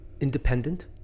independent